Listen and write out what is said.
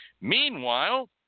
Meanwhile